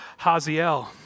Haziel